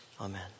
Amen